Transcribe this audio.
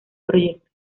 proyecto